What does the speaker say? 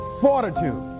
fortitude